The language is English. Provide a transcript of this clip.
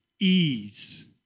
ease